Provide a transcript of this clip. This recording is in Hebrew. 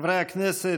חברי הכנסת,